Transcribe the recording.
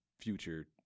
future